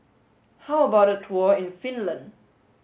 how about a tour in Finland